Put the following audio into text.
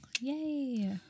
Yay